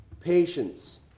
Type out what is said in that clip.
patience